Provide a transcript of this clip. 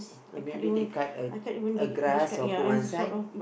or maybe they cut a a grass or put one side